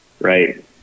right